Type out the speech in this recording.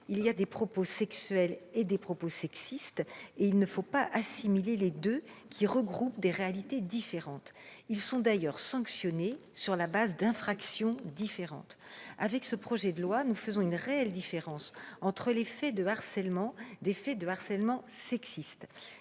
les propos sexuels et les propos sexistes, qui regroupent des réalités différentes. Ils sont d'ailleurs sanctionnés sur la base d'infractions différentes. Avec ce projet de loi, nous faisons une réelle différence entre les faits de harcèlement sexuel